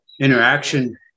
interaction